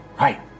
Right